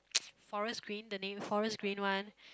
forest green the name forest green one